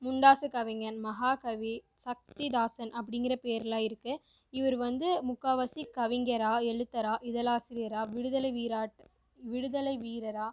முண்டாசு கவிஞன் மகாகவி சக்திதாசன் அப்படிங்கிற பேர்லாம் இருக்கு இவர் வந்து முக்காவாசி கவிஞராக எழுத்தராக இதழாசிரியராக விடுதலை வீர விடுதலை வீரராக